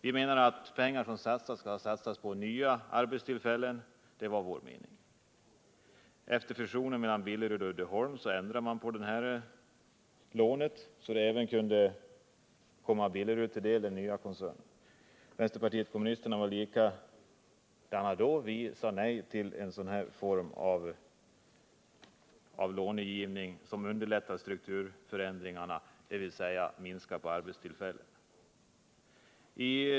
Vi menade att pengar som satsas skall satsas på nya arbetstillfällen. Efter fusionen mellan Billerud och Uddeholm ändrade man på lånet, så att det även kunde komma Billerud till del i den nya koncernen. Vänsterpartiet kommunisterna hade samma uppfattning då, och vi sade nej till en sådan form av långivning som underlättar strukturförändringar, dvs. minskar antalet arbetstillfällen.